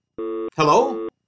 Hello